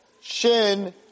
Shin